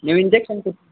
ನೀವು ಇಂಜೆಕ್ಷನ್ ಕೊಟ್ಟು